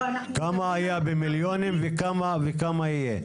כמה היה במיליונים וכמה יהיה?